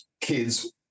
kids